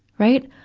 right.